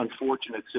unfortunate